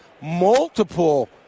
multiple